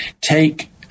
take